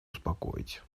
успокоить